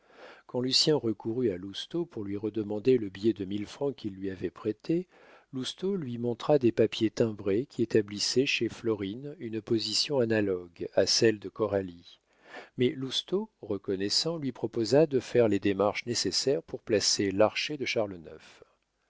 quand lucien recourut à lousteau pour lui redemander le billet de mille francs qu'il lui avait prêté lousteau lui montra des papiers timbrés qui établissaient chez florine une position analogue à celle de coralie mais lousteau reconnaissant lui proposa de faire des démarches nécessaires pour placer l'archer de charles ix